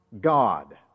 God